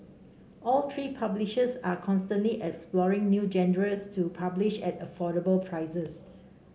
all three publishers are constantly exploring new genres to publish at affordable prices